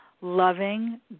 loving